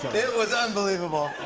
it was unbelievable.